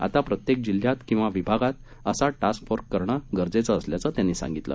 आता प्रत्येक जिल्ह्यात किंवा विभागात असा टास्क फोर्स करण गरजेचं असल्याचं त्यांनी सांगितलं